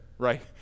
right